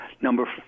Number